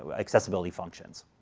ah accessibility functions.